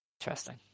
interesting